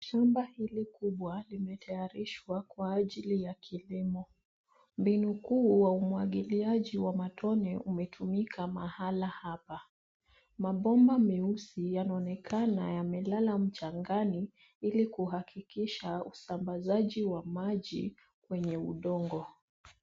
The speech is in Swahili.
Shamba hili kubwa limetayarishwa kwa ajili ya kilimo. Mbinu kuu wa umwagiliaji wa matone umetumika mahala hapa. Mabomba meusi yanaonekana yamelala mchangani, ili kuhakikisha usambazaji wa maji kwenye udongo.